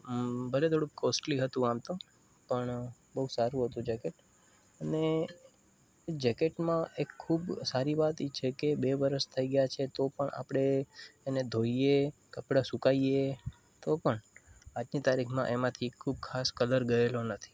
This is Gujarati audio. ભલે થોડું કૉસ્ટલી હતું આમ તો પણ બહુ સારું હતું જેકેટ અને એ જેકેટમાં એક ખૂબ સારી વાત એ છે કે બે વર્ષ થઈ ગયા છે તો પણ આપણે એને ધોઈએ કપડા સુકાવીએ તો પણ આજની તારીખમાં એમાંથી ખૂબ ખાસ કલર ગયેલો નથી